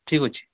ଠିକ୍ ଅଛି